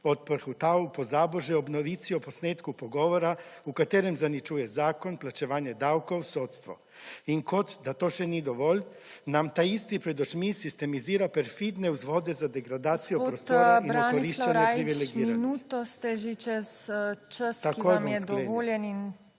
odprhutal v pozabo že ob novici o posnetku pogovora v katerem zaničuje zakon, plačevanje davkov, sodstvo. In kot da to še ni dovolj, nam ta isti pred očmi sistemizira perfidne vzvode za degradacijo prostora in okoriščanje privilegiranih.